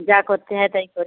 যা করতে হয় তাই করি